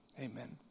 amen